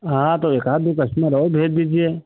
हाँ तो एकाध दो कस्टमर है भेज दीजिए